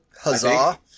Huzzah